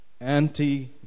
anti